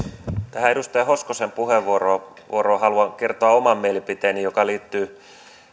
tähän edustaja hoskosen puheenvuoroon haluan kertoa oman mielipiteeni joka liittyy